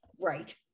Right